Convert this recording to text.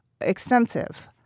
extensive